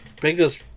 biggest